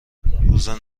روز